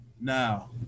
Now